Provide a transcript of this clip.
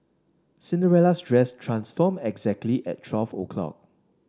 Cinderella's dress transformed exactly at twelve o'clock